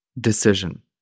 decision